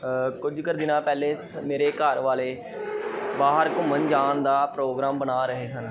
ਕੁਝ ਕਰ ਦਿਨਾਂ ਪਹਿਲੇ ਮੇਰੇ ਘਰ ਵਾਲੇ ਬਾਹਰ ਘੁੰਮਣ ਜਾਣ ਦਾ ਪ੍ਰੋਗਰਾਮ ਬਣਾ ਰਹੇ ਸਨ